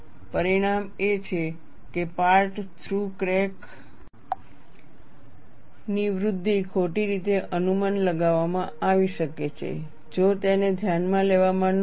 પરિણામ એ છે કે પાર્ટ થ્રુ ક્રેક ની વૃદ્ધિ ખોટી રીતે અનુમાન લગાવવામાં આવી શકે છે જો તેને ધ્યાનમાં લેવામાં ન આવે